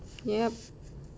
yup